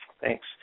Thanks